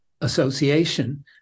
association